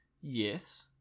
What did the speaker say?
yes